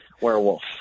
werewolf